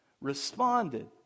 responded